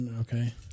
Okay